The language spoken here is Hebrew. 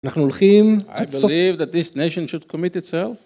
אנחנו הולכים עד סוף.